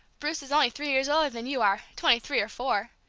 bruce is only three years older than you are, twenty-three or four,